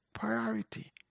priority